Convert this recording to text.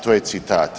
To je citat.